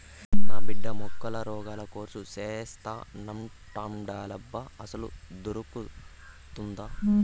నా బిడ్డ మొక్కల రోగాల కోర్సు సేత్తానంటాండేలబ్బా అసలదొకటుండాదా